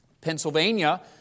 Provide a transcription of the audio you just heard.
Pennsylvania